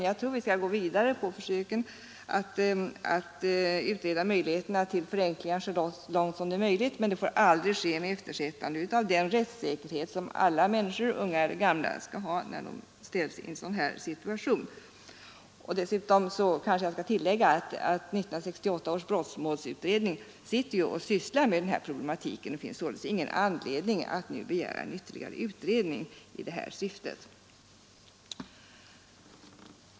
Jag tror att vi skall gå vidare i försöken att utreda möjligheterna till förenklingar så långt det är möjligt, men det får aldrig ske med eftersättande av den rättssäkerhet som alla männi skor, unga eller gamla, som S i en sådan här situation skall ha. Dessutom skall jag kanske tillägga att 1968 års brottmålsutredning för närvarande sysslar med denna problematik. Det finns således ingen anledning att nu begära ytterligare utredning i detta syfte.